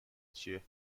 چیه